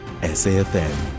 SAFM